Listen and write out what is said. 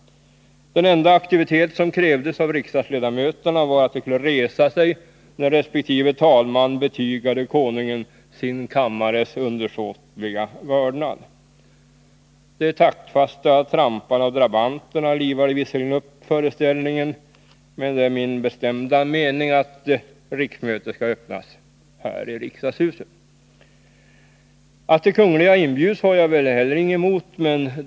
Den enda aktivitet som krävdes av riksdagsledamöterna var att de skulle resa sig när resp. talman betygade Konungen sin kammares undersåtliga vördnad. Det taktfasta trampandet av drabanterna livade visserligen upp föreställningen, men det är min bestämda mening att riksmötet skall öppnas i riksdagshuset. Att de kungliga inbjuds till öppningsceremonin har jag inget emot.